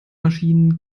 maschinen